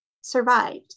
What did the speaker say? survived